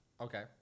Okay